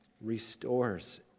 restores